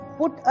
put